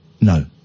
No